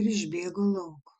ir išbėgo lauk